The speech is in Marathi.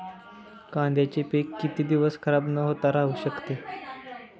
कांद्याचे पीक किती दिवस खराब न होता राहू शकते?